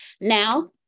now